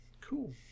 cool